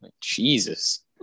Jesus